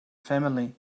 family